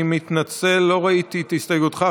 אני מתנצל, לא ראיתי את הסתייגותך.